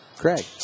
Craig